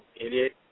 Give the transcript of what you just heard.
idiot